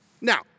Now